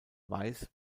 weiss